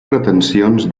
pretensions